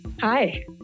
Hi